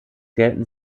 gelten